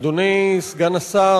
אדוני סגן השר,